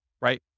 right